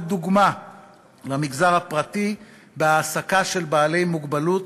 דוגמה למגזר הפרטי בהעסקה של בעלי מוגבלות,